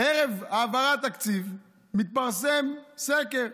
ערב העברת התקציב מתפרסם סקר.